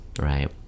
Right